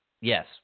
Yes